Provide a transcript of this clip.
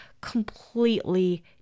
completely